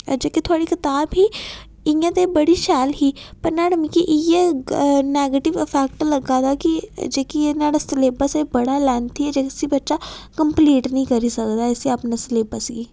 जेह्की थुआढञी कताब ही इयां ते बड़ी शैल ही पर न्हाड़ा मिगी इयै नैगटिव इफैक्ट लग्गा दा कि जेह्का न्हाड़ा सलेबस ओह् बड़ा लैंथी ऐ जिसी बच्चा कंपलीट निं करी सकदा ऐ इसी अपने सलेबस गी